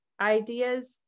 ideas